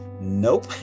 Nope